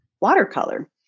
watercolor